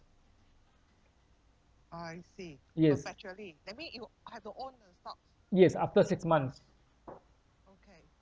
yes yes after six months